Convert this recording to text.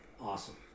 Awesome